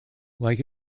like